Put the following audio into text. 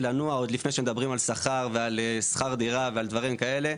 לנוע עוד לפני שמדברים על שכר ועל שכר דירה ועל דברים כאלה,